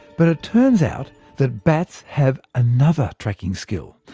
but it turns out that bats have another tracking skill.